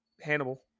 hannibal